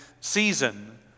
season